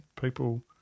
people